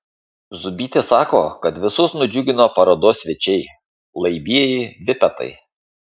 zūbytė sako kad visus nudžiugino parodos svečiai laibieji vipetai